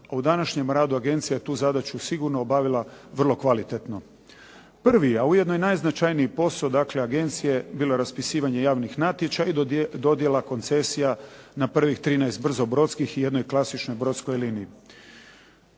u današnjem radu agencija je tu zadaću sigurno obavila vrlo kvalitetno. Prvi a ujedno i najznačajniji posao agencije bilo je raspisivanje javnih natječaja i dodjela koncesija na prvih 13 brzobrodskih i jednoj klasičnoj brodskoj liniji.